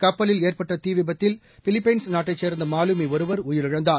கப்பலில் ஏற்பட்ட தீ விபத்தில் பிலிப்பைன்ஸ் நாட்டைச் சேர்ந்த மாலுமி ஒருவர் உயிரிழந்தார்